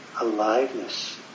aliveness